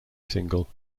single